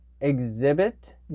Exhibit